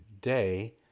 day